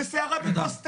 זה סערה בכוס תה.